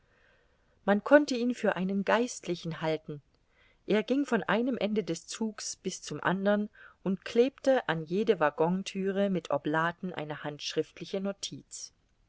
man konnte ihn für einen geistlichen halten er ging von einem ende des zugs bis zum andern und klebte an jede waggonthüre mit oblaten eine handschriftliche notiz